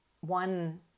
one